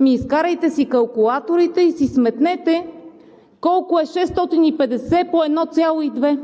Ами изкарайте си калкулаторите и си сметнете колко е 650 по 1,2